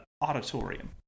auditorium